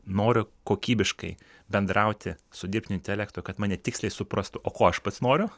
noriu kokybiškai bendrauti su dirbtiniu intelektu kad mane tiksliai suprastų o ko aš pats noriu